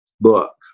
book